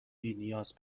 بینیاز